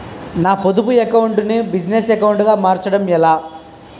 నా పొదుపు అకౌంట్ నీ బిజినెస్ అకౌంట్ గా మార్చడం ఎలా?